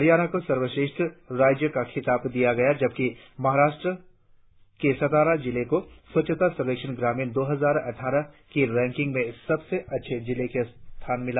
हरियाणा को सर्वोश्रेष्ठ राज्य का खिताब दिया गया जबकि महाराष्ट्र के सतारा जिले को स्वच्छता सर्वेक्षण ग्रामीण दो हजार अटठारह की रैंकिंग में सबसे अच्छे जिले का स्थान मिला